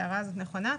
ההערה הזאת נכונה.